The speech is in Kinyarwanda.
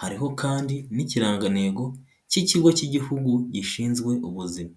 Hariho kandi n'ikirangantego cy'ikigo cy'igihugu gishinzwe ubuzima.